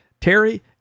Terry